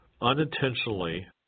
unintentionally